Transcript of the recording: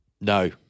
No